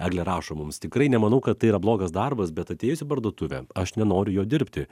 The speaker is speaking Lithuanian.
eglė rašo mums tikrai nemanau kad tai yra blogas darbas bet atėjus į parduotuvę aš nenoriu jo dirbti